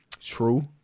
True